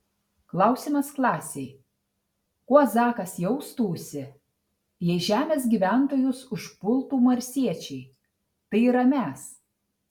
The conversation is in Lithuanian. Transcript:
klausimas klasei kuo zakas jaustųsi jei žemės gyventojus užpultų marsiečiai tai yra mes